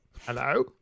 Hello